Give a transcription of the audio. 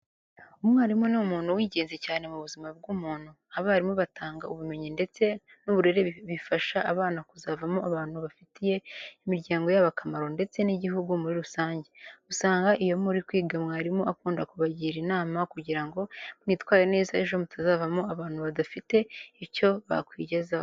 Umwarimu ni umuntu w'ingenzi cyane mu buzima bw'umuntu. Abarimu batanga ubumenyi ndetse n'uburere bifasha abana kuzavamo abantu bafitiye imiryango yabo akamaro ndetse n'igihugu muri rusange. Usanga iyo muri kwiga mwarimu akunda kubagira inama kugira ngo mwitware neza ejo mutazavamo abantu badafite icyo bakwigezaho.